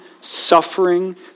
suffering